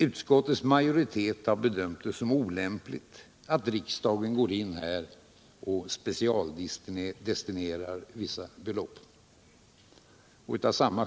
Utskottets majoritet har bedömt det som olämpligt att riksdagen går in här och specialdestinerar vissa belopp.